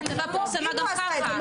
הכתבה פורסמה גם ככה.